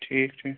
ٹھیٖک ٹھیٖک